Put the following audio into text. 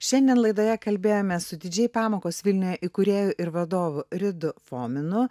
šiandien laidoje kalbėjome su didžėj pamokos vilniuje įkūrėju ir vadovu ridu fominu